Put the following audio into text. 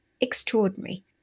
extraordinary